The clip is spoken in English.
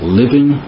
living